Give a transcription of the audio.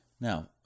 now